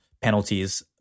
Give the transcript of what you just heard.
penalties